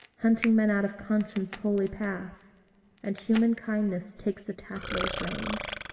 hunting men out of conscience' holy path and human kindness takes the tattler's range.